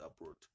abroad